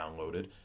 downloaded